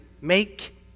make